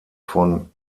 von